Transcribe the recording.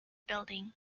building